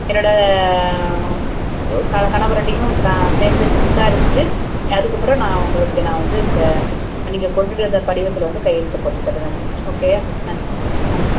என்னோடய க கணவரிட்டையும் நான் சேர்ந்து விசாரிச்சிட்டு அதுக்கு அப்புறோம் நான் உங்களுக்கு நான் வந்து இந்த நீங்கள் கொண்டுகிட்டு வந்த படிவத்தில் வந்து கையெழுத்து போட்டு தருவேன் ஓகேயா நன்றி ம்